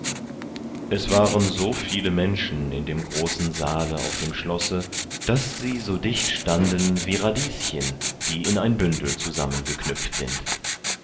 es waren so viele menschen in dem großen saale auf dem schlosse daß sie so dicht standen wie radieschen die in ein bündel zusammengeknüpft sind